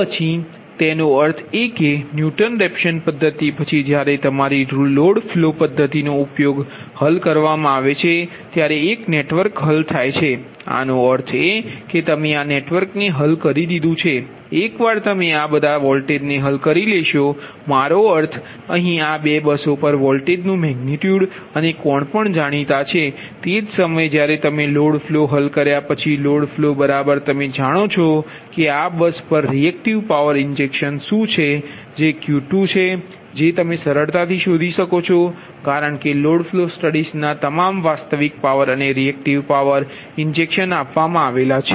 આ પછી તેનો અર્થ એ કે ન્યુટન રેફસન પદ્ધતિ પછી જ્યારે તમારી લોડ ફ્લો પદ્ધતિનો ઉપયોગ હલ કરવામાં આવે છે ત્યારે એક નેટવર્ક હલ થાય છે આનો અર્થ એ કે તમે આ નેટવર્કને હલ કરી દીધું છે એકવાર તમે આ બધા બસ વોલ્ટેજને હલ કરી લો મારો અર્થ અહીં આ 2 બસો પર વોલ્ટેજનુ મેગનિટયુડ અને કોણ પણ જાણીતા છે તે જ સમયે જ્યારે તમે લોડ ફ્લો હલ કર્યા પછી લોડ ફ્લો બરાબર તમે જાણો છો કે આ બસ પર રિએકટિવ પાવર ઇન્જેક્શન શું છે જે Q2 જે તમે સરળતાથી શોધી શકો છો કારણ કે લોડ ફ્લો સ્ટડીઝના તમામ વાસ્તવિક પાવર અને રિએકટિવ પાવર ઇન્જેક્શન આપવામાં આવ્યા છે